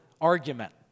argument